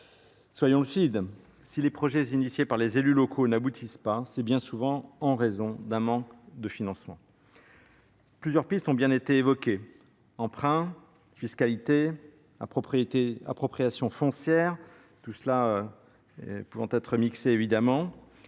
Soyons lucides si les projets initiés par les élus locaux n'aboutissent pas, c'est bien souvent en raison d'un manque de financement. Plusieurs pistes ont bien été évoquées emprunt, fiscalité, Pété appropriation foncière tout cela pouvant être mixé évidemment,